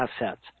assets